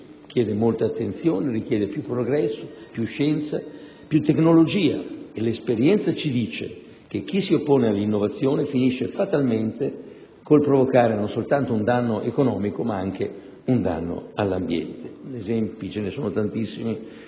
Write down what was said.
richiede molta attenzione, più progresso, più scienza e più tecnologia e l'esperienza ci dice che chi si oppone all'innovazione finisce fatalmente con il provocare un danno non soltanto economico ma anche all'ambiente.